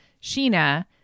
Sheena